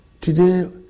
Today